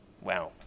wow